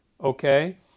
Okay